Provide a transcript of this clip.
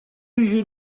you